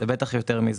זה אפילו יותר מ-50%.